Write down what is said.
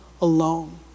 alone